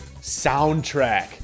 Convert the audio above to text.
soundtrack